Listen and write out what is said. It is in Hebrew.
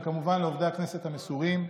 וכמובן, לעובדי הכנסת המסורים.